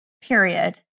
period